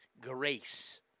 grace